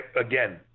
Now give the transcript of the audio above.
Again